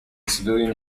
civilian